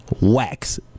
wax